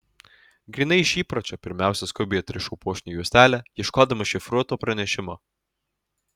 grynai iš įpročio pirmiausia skubiai atrišau puošnią juostelę ieškodama šifruoto pranešimo